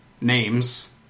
names